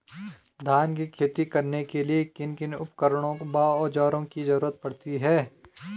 धान की खेती करने के लिए किन किन उपकरणों व औज़ारों की जरूरत पड़ती है?